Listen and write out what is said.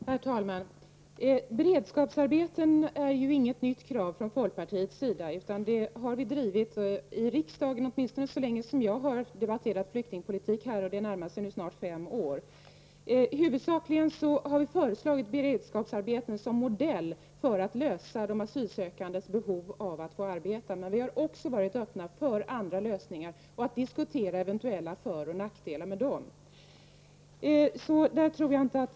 Herr talman! Kravet på beredskapsarbeten är inte något nytt krav från vår sida, utan det kravet har vi i folkpartiet drivit i riksdagen åtminstone så länge som jag har debatterat flyktingpolitik — alltså närmare i fem år. Huvudsakligen har vi föreslagit beredskapsarbeten som modell för arbetet med att finna en lösning när det gäller de asylsökandes behov av att få ett arbete. Men vi har också varit öppna för andra lösningar och för diskussioner om eventuella föroch nackdelar i detta sammanhang.